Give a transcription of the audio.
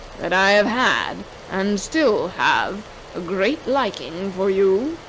that i have had, and still have, a great liking for you?